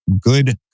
good